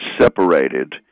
separated